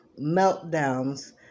meltdowns